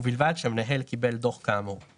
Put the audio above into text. ובמידה והוא לא מסכים אתם הולכים לבית